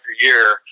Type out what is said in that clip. year